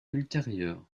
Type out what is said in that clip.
ultérieures